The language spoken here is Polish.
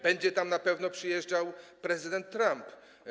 Będzie tam na pewno, przyjedzie prezydent Trump.